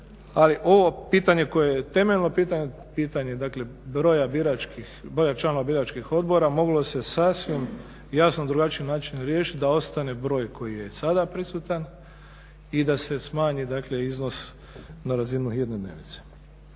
ali ovo pitanje koje je temeljno pitanje, pitanje dakle broja članova biračkih odbora, moglo se sasvim jasno na drugačiji način riješiti da ostane broj koji je i sada prisutan i da se smanji, dakle iznos na razinu jedne dnevnice.